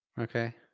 okay